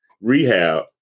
rehab